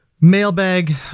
mailbag